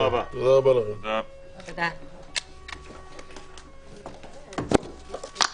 הישיבה ננעלה בשעה 14:45.